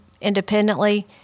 independently